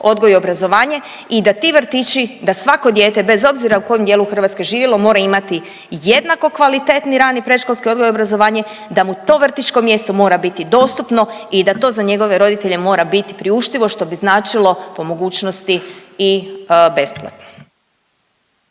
odgoj i obrazovanje i da ti vrtići, da svako dijete bez obzira u kojem dijelu Hrvatske živjelo mora imati jednako kvalitetni rani i predškolski odgoj i obrazovanje, da mu to vrtićko mjesto mora biti dostupno i da to za njegove roditelje mora bit priuštivo, što bi značilo po mogućnosti i besplatno.